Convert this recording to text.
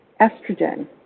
estrogen